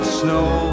snow